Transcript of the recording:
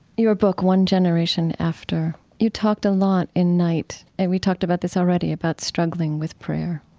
your book one generation after. you talked a lot in night and we talked about this already about struggling with prayer,